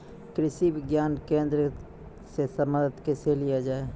कृषि विज्ञान केन्द्रऽक से मदद कैसे लिया जाय?